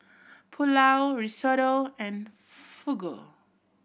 Pulao Risotto and Fugu